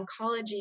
oncology